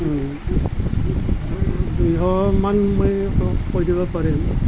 দুশমান মই কৈ দিব পাৰিম